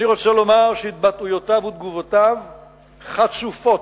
אני רוצה לומר שהתבטאויותיו ותגובותיו חצופות.